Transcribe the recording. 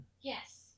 Yes